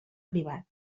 privat